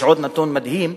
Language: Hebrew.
יש עוד נתון מדהים,